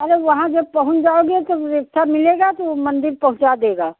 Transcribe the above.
अरे वहाँ जब पहुँच जाओगे तब रिक्सा मिलेगा तब मंदिर पहुँचा देगा